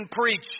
preach